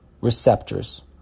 receptors